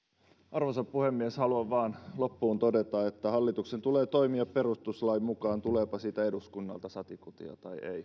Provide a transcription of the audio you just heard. arvoisa puhemies haluan vain loppuun todeta että hallituksen tulee toimia perustuslain mukaan tuleepa siitä eduskunnalta satikutia